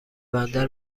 بندر